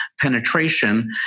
penetration